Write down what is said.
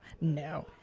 no